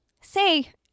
Say